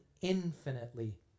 infinitely